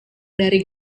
dari